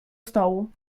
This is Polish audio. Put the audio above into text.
stołu